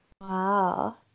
Wow